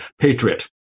patriot